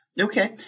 Okay